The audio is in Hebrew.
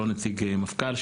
לא נציג מפכ"ל,